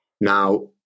Now